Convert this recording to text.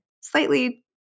slightly